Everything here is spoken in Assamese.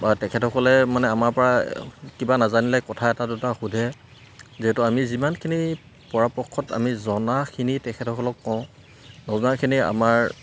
বা তেখেতসকলে মানে আমাৰ পৰা কিবা নাজানিলে কথা এটা দুটা সোধে যিহেতু আমি যিমানখিনি পৰাপক্ষত আমি জনাখিনি তেখেতসকলক কওঁ নজনাখিনি আমাৰ